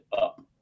up